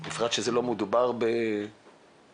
בפרט שלא מדובר במיליארדים.